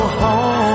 home